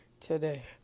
today